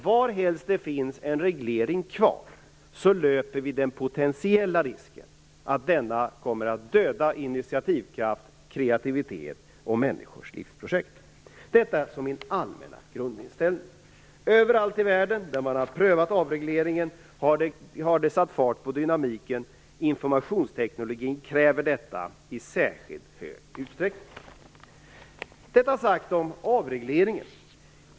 Varhelst det finns en reglering kvar löper vi den potentiella risken att denna kommer att döda initiativkraft, kreativitet och människors livsprojekt. Detta är min allmänna grundinställning. Överallt i världen där man har prövat på avreglering har detta satt fart på dynamiken. Detta krävs i särskilt stor utsträckning när det gäller informationstekniken. Detta om avregleringen.